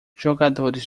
jogadores